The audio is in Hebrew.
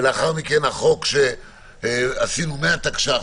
ולאחר מכן החוק הזמני שעשינו מהתקש"ח,